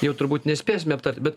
jau turbūt nespėsime aptart bet